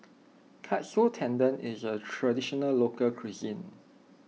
Katsu Tendon is a Traditional Local Cuisine